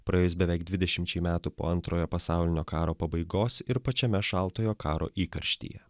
praėjus beveik dvidešimčiai metų po antrojo pasaulinio karo pabaigos ir pačiame šaltojo karo įkarštyje